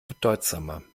bedeutsamer